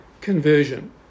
conversion